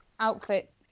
outfit